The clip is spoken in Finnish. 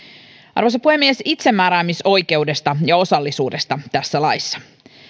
arvoisa puhemies itsemääräämisoikeudesta ja osallisuudesta tässä laissa